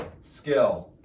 skill